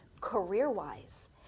career-wise